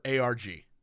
ARG